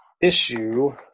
issue